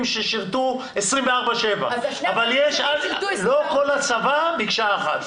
ששירתו 24/7. לא כל הצבא הוא מקשה אחת.